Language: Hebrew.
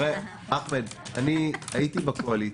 אחמד, אני הייתי בקואליציה.